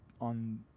on